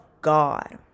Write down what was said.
God